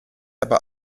aber